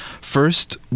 First